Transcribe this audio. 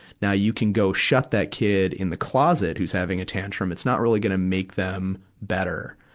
now you can go shut that kid in the closet whose having a tantrum it's not really gonna make them better.